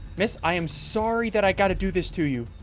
miss i am sorry that i got to do this to you.